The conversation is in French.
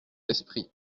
esprit